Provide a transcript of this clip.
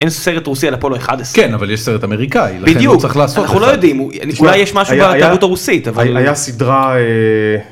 ‫אין סרט רוסי על אפולו-11. ‫-כן, אבל יש סרט אמריקאי, ‫לכן הוא צריך לעשות... ‫-בדיוק, אנחנו לא יודעים, ‫אולי יש משהו בתרבות הרוסית, ‫אבל... ‫-היה סדרה...